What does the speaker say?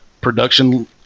production